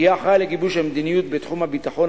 יהיה אחראי לגיבוש המדיניות בתחום הביטחון